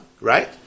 right